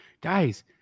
Guys